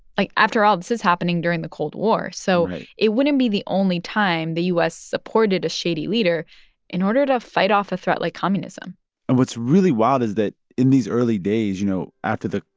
like, after all, this is happening during the cold war right so it wouldn't be the only time the u s. supported a shady leader in order to fight off a threat like communism and what's really wild is that in these early days, you know, after the,